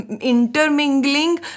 intermingling